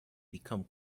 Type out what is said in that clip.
become